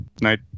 Night